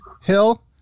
hill